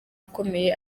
akomeye